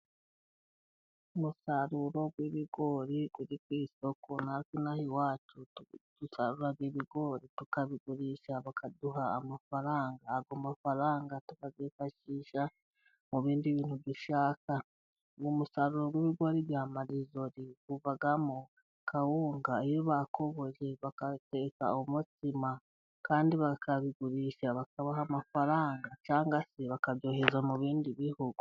Umusaruro w'ibigori uri ku isoko natwe ino aha iwacu ibigori tukabigurisha bakaduha amafaranga, amafaranga tukayifashisha mu bindi bintu dushaka ,umusaruro w'ibigori bya Mayizori uvamo kawunga, iyo bakoboye bagateka umutsima, kandi bakabigurisha bakabaha amafaranga, cyangwa se bakaduheza mu bindi bihugu.